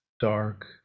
dark